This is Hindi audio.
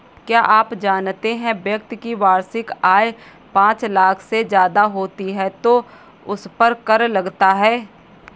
क्या आप जानते है व्यक्ति की वार्षिक आय पांच लाख से ज़्यादा होती है तो उसपर कर लगता है?